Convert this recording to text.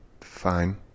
fine